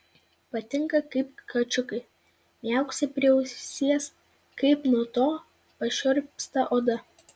patinka kaip kačiukai miauksi prie ausies kaip nuo to pašiurpsta oda